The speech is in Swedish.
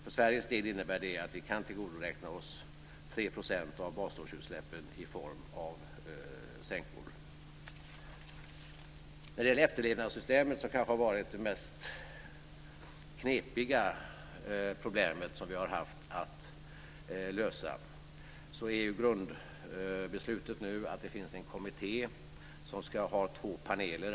För Sveriges del innebär det att vi kan tillgodoräkna oss 3 % av basårsutsläppen i form av sänkor. Efterlevnadssystemet har kanske varit det mest knepiga problemet vi har haft att lösa. Grundbeslutet är nu att det finns en kommitté som ska ha två paneler.